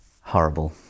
horrible